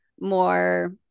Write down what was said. more